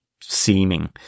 seeming